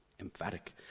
Emphatic